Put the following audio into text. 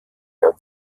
der